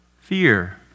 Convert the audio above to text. fear